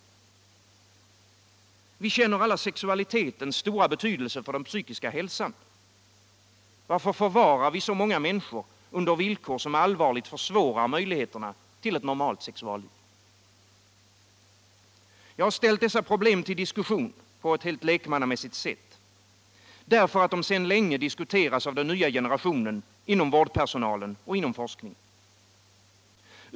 Vi känner alla sexualitetens stora betydelse för den psykiska hälsan. Varför förvarar vi så många människor under villkor som allvarligt försvårar möjligheterna till ett normalt sexualliv? Jag har ställt dessa problem till diskussion, på ett helt lekmannamässigt sätt, därför att de sedan länge diskuterats av den nya generationen inom vårdpersonalen och inom forskningen.